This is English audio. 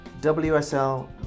WSL